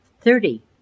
thirty